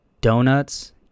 Donuts